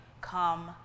come